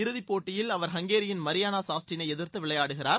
இறுதிப்போட்டியில் அவர் ஹங்கேரியின் மரியானா சாஸ்டினை எதிர்த்து விளையாடுகிறார்